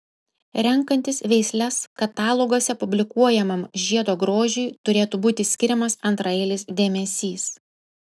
renkantis veisles kataloguose publikuojamam žiedo grožiui turėtų būti skiriamas antraeilis dėmesys